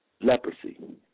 leprosy